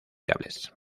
cables